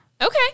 Okay